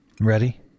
Ready